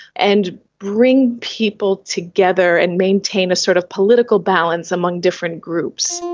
and bring people together and maintain a sort of political balance among different groups.